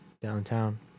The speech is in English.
downtown